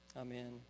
Amen